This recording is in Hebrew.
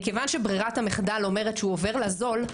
מכיוון שברירת המחדל אומרת שהוא עובר לזול,